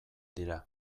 dira